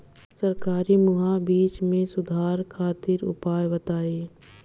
सरकारी मुहैया बीज में सुधार खातिर उपाय बताई?